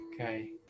Okay